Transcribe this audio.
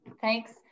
Thanks